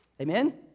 Amen